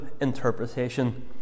interpretation